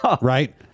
right